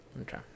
Okay